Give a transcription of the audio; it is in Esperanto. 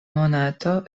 monato